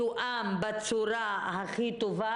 מתואם בצורה הכי טובה,